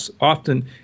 often